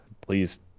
Please